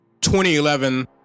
2011